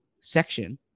section